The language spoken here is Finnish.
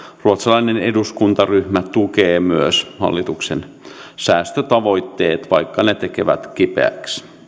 ruotsalainen eduskuntaryhmä tukee myös hallituksen säästötavoitteita vaikka ne tekevät kipeää